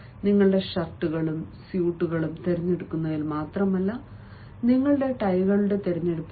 നിങ്ങളുടെ ഷർട്ടുകളും സ്യൂട്ടുകളും തിരഞ്ഞെടുക്കുന്നതിൽ മാത്രമല്ല നിങ്ങളുടെ ടൈകളുടെ തിരഞ്ഞെടുപ്പിലും